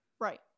Right